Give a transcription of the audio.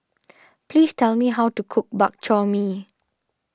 please tell me how to cook Bak Chor Mee